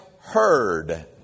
heard